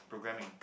programming